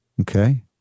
Okay